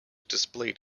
displayed